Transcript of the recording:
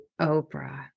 Oprah